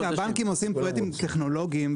כשהבנקים עושים פרויקטים טכנולוגיים,